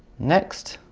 next